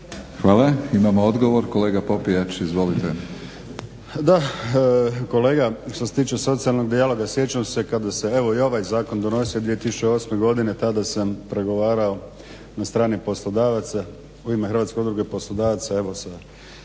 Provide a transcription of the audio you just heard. Hvala. Imamo odgovor. Kolega Popijač, izvolite. **Popijač, Đuro (HDZ)** Da, kolega što se tiče socijalnog dijaloga sjećam se kad se evo i ovaj zakon donosio 2008. godine tada sam pregovarao na strani poslodavaca u ime Hrvatske udruge poslodavaca